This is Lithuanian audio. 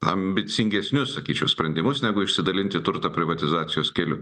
ambicingesnius sakyčiau sprendimus negu išsidalinti turtą privatizacijos keliu